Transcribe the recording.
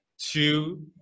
two